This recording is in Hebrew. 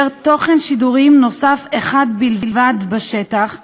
תוכן שידורים נוסף אחד בלבד בשטח כאמור,